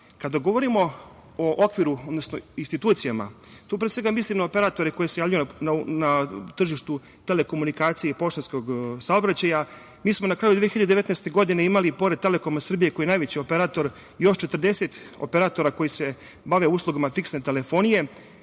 govorimo o okviru, odnosno institucijama, tu, pre svega, mislim na operatore koji se javljaju na tržištu telekomunikacija i poštanskog saobraćaja. Mi smo na kraju 2019. godine, imala pored „Telekoma Srbije“, koji je najveći operator još 40 operatora koji se bave uslugama fiksne telefonije.